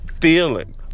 feeling